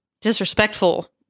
disrespectful